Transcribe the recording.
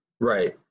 Right